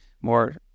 more